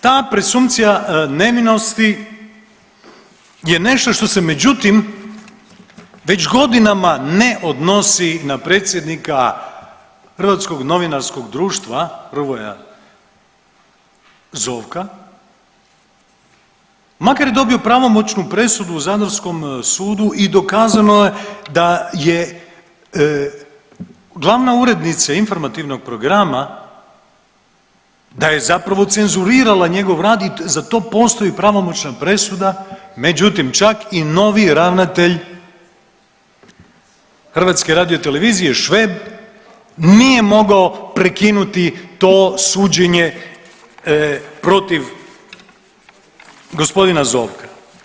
Ta presumpcija nevinosti je nešto što se međutim već godinama ne odnosi na predsjednika Hrvatskog novinarskog društva Hrvoja Zovka makar je dobio pravomoćnu presudu u zadarskom sudu i dokazano je da je glavna urednica informativnog programa da je zapravo cenzurirala njegov rad i za to postoji pravomoćna presuda, međutim čak i novi ravnatelj HRT-a Šveb nije mogao prekinuti to suđenje protiv gospodina Zovka.